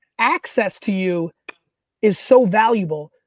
access to you is so valuable.